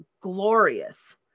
glorious